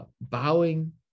bowing